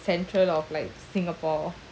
central of like singapore